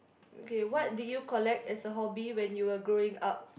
K what did you collect as a hobby when you were growing up